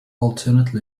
alternate